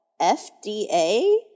FDA